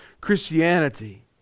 Christianity